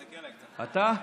אתה?